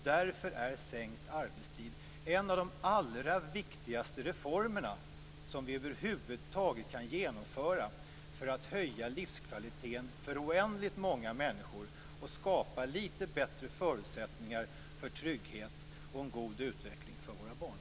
Därför är sänkt arbetstid en av de allra viktigaste reformer som vi över huvud taget kan genomföra för att höja livskvaliteten för oändligt många människor och skapa lite bättre förutsättningar för trygghet och en god utveckling för våra barn.